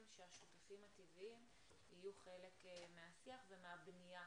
שהשותפים הטבעיים יהיו חלק מהשיח ומהבנייה